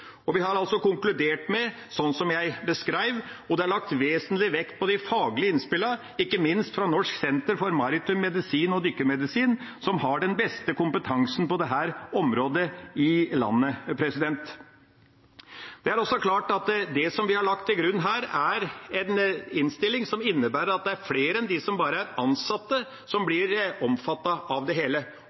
Vi har altså konkludert med det jeg beskrev, og det er lagt vesentlig vekt på de faglige innspillene, ikke minst fra Norsk senter for maritim medisin og dykkemedisin, som har den beste kompetansen på dette området i landet. Det er også klart at det vi har lagt til grunn her, er en innstilling som innebærer at det er flere enn bare de som er ansatt, som blir omfattet av det hele